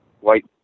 white